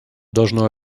должно